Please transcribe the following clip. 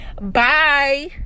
bye